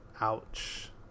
Ouch